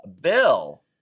Bill